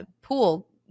Pool